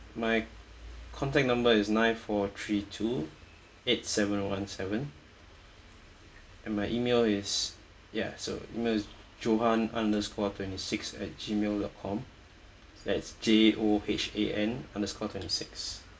my contact number is nine four three two eight seven one seven and my email is ya so email is johan underscore twenty six at G mail dot com that's J O H A N underscore twenty six